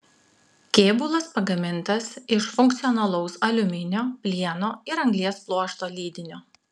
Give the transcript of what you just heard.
kėbulas pagamintas iš funkcionalaus aliuminio plieno ir anglies pluošto lydinio